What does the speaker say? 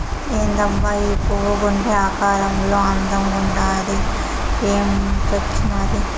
ఏందబ్బా ఈ పువ్వు గుండె ఆకారంలో అందంగుండాది ఏన్నించొచ్చినాది